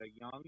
young